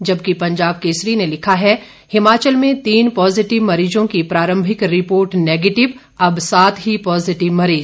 जबकि पंजाब कसरी ने लिखा है हिमाचल में तीन पॉजिटिव मरीजों की प्रारंभिक रिपोर्ट नेगेटिव अब सात ही पॉजिटिव मरीज